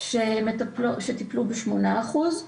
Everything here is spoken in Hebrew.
סגורות שטיפלו ב-8%.